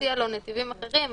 להציע לו נתיבים אחרים,